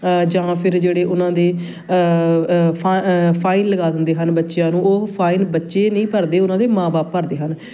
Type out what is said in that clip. ਜਾਂ ਫਿਰ ਜਿਹੜੇ ਉਹਨਾਂ ਦੇ ਫ਼ਾ ਫਾਈਨ ਲਗਾ ਦਿੰਦੇ ਹਨ ਬੱਚਿਆਂ ਨੂੰ ਉਹ ਫਾਈਨ ਬੱਚੇ ਨਹੀਂ ਭਰਦੇ ਉਹਨਾਂ ਦੇ ਮਾਂ ਬਾਪ ਭਰਦੇ ਹਨ